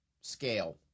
scale